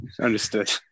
understood